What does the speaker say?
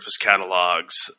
catalogs